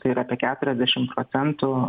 tai yra apie keturiasdešim procentų